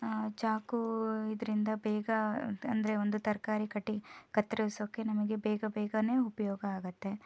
ಚಾಕು ಇದರಿಂದ ಬೇಗ ಅಂದರೆ ಒಂದು ತರಕಾರಿ ಕಟ್ಟಿ ಕತ್ತರಿಸೋಕ್ಕೆ ನಮಗೆ ಬೇಗ ಬೇಗನೇ ಉಪಯೋಗ ಆಗುತ್ತೆ